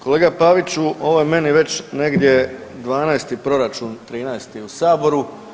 Kolega Paviću, ovo je meni već negdje 12 proračun, 13 u Saboru.